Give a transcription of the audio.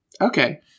Okay